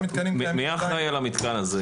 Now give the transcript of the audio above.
מי אחראי על המתקן הזה?